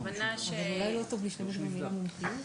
אולי לא טוב להשתמש במילה "מומחיות"?